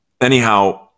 anyhow